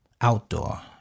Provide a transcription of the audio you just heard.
outdoor